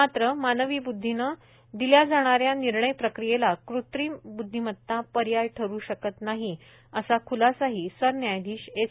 मात्र मानवी ब्द्धीनं दिल्या जाणा या निर्णयप्रक्रियेला कृत्रिम ब्द्धिमता पर्याय ठरु शकत नाही असा ख्लासाही सरन्यायाधीश एस